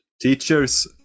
Teachers